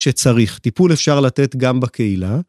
שצריך. טיפול אפשר לתת גם בקהילה.